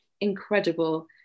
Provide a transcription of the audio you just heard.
incredible